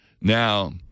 Now